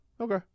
Okay